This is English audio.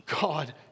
God